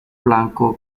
blanco